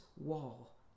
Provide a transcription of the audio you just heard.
wall